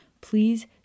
please